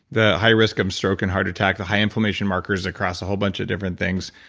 the high risk of stroke and heart attack, the high inflammation markers across a whole bunch of different things.